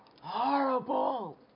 horrible